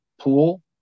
pool